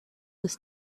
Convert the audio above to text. was